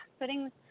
putting